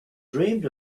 dreamed